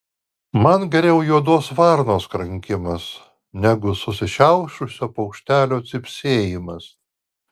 man geriau juodos varnos krankimas negu susišiaušusio paukštelio cypsėjimas